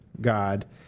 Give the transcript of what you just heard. God